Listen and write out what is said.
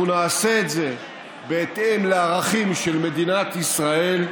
אנחנו נעשה את זה בהתאם לערכים של מדינת ישראל,